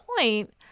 point